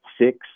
six